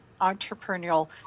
entrepreneurial